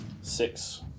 six